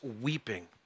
weeping